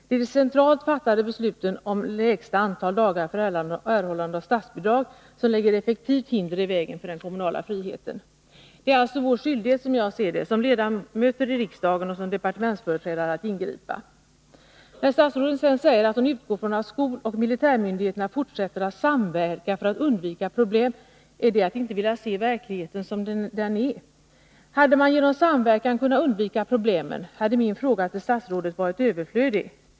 Det är de centralt fattade besluten om lägsta antal dagar för erhållande av statsbidrag som lägger effektivt hinder i vägen för den kommunala friheten. Det är alltså vår skyldighet, som ledamöter i riksdagen och som departementsföreträdare, att ingripa. När statsrådet säger att hon utgår från att skoloch militärmyndigheter fortsätter att samverka för att undvika problem är det att inte vilja se verkligheten som den är. Hade man genom samverkan kunnat undvika problemen hade min fråga till statsrådet varit överflödig.